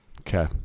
Okay